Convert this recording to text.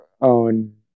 own